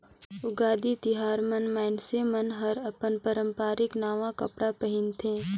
उगादी तिहार मन मइनसे मन हर अपन पारंपरिक नवा कपड़ा पहिनथे